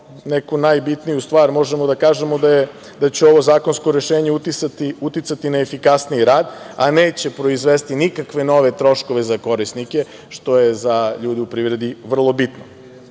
neku najbitniju stvar možemo da kažemo, da će ovo zakonsko rešenje uticati na efikasniji rad, a neće proizvesti nikakve nove troškove za korisnike, što je za ljude u privredi vrlo bitno. Ono